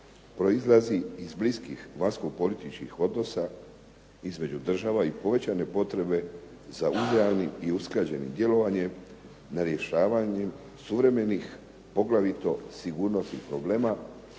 proizlazi iz bliskih vanjsko-političkih odnosa između država i povećane potrebe za uzajamnim i usklađenim djelovanjem na rješavanju suvremenih poglavito sigurnosnih problema